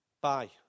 bye